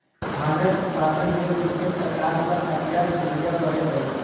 भांगक उत्पादनक लेल कृषक सरकार सॅ आज्ञा लिअ पड़ैत अछि